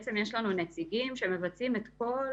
אז אם את אומרת לי שיש 22